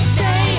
Stay